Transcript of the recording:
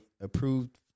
approved